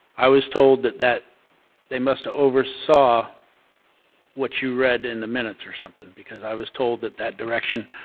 i was told that that they must have over saw what you read in the minutes or something. because i was told that that direction,